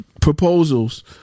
Proposals